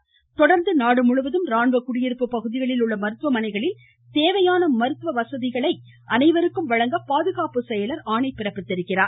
இதனை தொடர்ந்து நாடுமுழுவதும் ராணுவ குடியிருப்பு பகுதிகளில் உள்ள மருத்துவமனைகளில் தேவையான மருத்துவ உதவிகளை அனைவருக்கும் வழங்க பாதுகாப்பு செயலர் ஆணை பிறப்பித்தார்